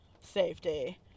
safety